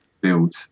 build